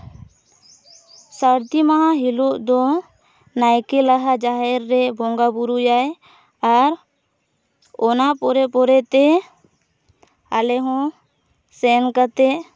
ᱥᱟᱹᱨᱫᱤ ᱢᱟᱦᱟ ᱦᱤᱞᱳᱜ ᱫᱚ ᱱᱟᱭᱠᱮ ᱞᱟᱦᱟ ᱡᱟᱦᱮᱨ ᱨᱮ ᱵᱚᱸᱜᱟ ᱵᱩᱨᱩᱭᱟᱭ ᱟᱨ ᱚᱱᱟ ᱯᱚᱨᱮ ᱯᱚᱨᱮ ᱛᱮ ᱟᱞᱮᱦᱚᱸ ᱥᱮᱱ ᱠᱟᱛᱮ